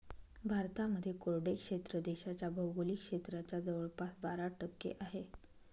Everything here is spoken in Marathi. भारतामध्ये कोरडे क्षेत्र देशाच्या भौगोलिक क्षेत्राच्या जवळपास बारा टक्के आहे